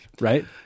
right